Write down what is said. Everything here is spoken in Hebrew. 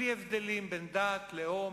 בלי הבדלים בין דת ולאום,